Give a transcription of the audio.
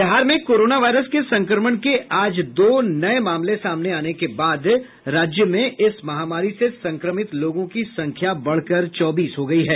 बिहार में corona virus के संक्रमण के आज दो नये मामले सामने आने के बाद राज्य में इस महामारी से संक्रमित लोगों की संख्या बढ़कर चौबीस हो गयी है